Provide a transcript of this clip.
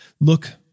Look